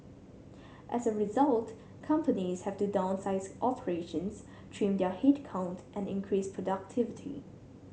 as a result companies have to downsize operations trim their headcount and increase productivity